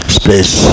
space